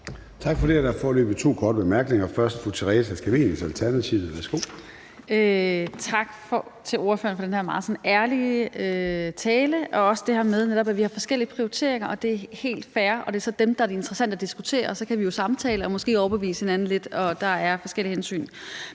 Tak for det. Der er foreløbig to korte bemærkninger. Det er først fra fru Theresa Scavenius, Alternativet. Værsgo. Kl. 20:47 Theresa Scavenius (ALT): Tak til ordføreren for den her meget ærlige tale og også det her med, at vi har forskellige prioriteringer, og at det er helt fair. Det er så dem, som det er interessant at diskutere, og så kan vi jo samtale om dem og måske overbevise hinanden lidt, og der er forskellige hensyn.